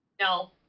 No